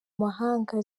mahanga